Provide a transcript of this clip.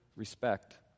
Respect